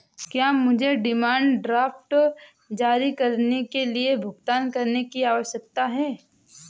क्या मुझे demand draft जारी करने के लिए भुगतान करने की आवश्यकता है?